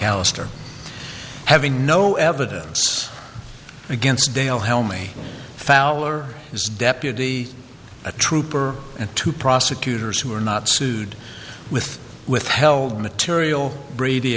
alister having no evidence against dale helmi fowler his deputy a trooper and two prosecutors who were not sued with withheld material brady